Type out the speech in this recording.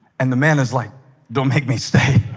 and the man is like don't make me stay